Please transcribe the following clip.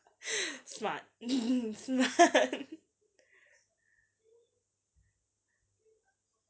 smart